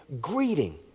greeting